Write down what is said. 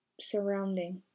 surrounding